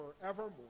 forevermore